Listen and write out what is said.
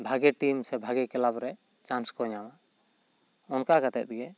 ᱵᱷᱟᱜᱮ ᱴᱤᱢ ᱥᱮ ᱵᱷᱟᱜᱮ ᱠᱞᱟᱵ ᱨᱮ ᱪᱟᱸᱥ ᱠᱚ ᱧᱟᱢᱟ ᱚᱱᱠᱟ ᱠᱟᱛᱮᱜ ᱜᱮ